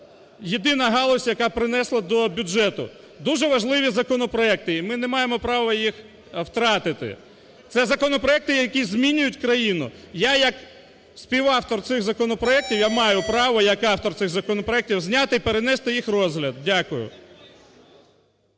єдина галузь, яка принесла до бюджету. Дуже важливі законопроекти і ми не маємо права їх втратити. Це законопроекти, які змінюють країну. Я як співавтор цих законопроектів, я маю право як автор цих законопроектів зняти і перенести їх розгляд. Дякую.